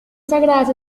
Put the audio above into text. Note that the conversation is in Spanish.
sagradas